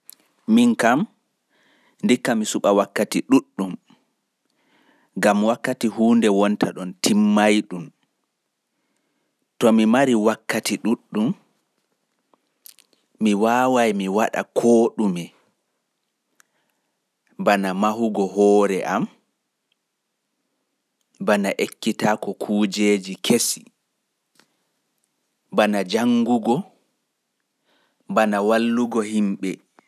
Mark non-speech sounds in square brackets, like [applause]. Ndikka mi heɓa wakkati ɗuɗɗum gam wakkati huunde wonta ɗon timmaiɗun. [hesitation] To mi mari wakkati kam mi waawai mi waɗa ko ɗume bana mahugo hoore am, ekkitaago kujeeji kesi, jangugo e ko lutti.